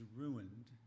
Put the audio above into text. ruined